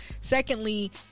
Secondly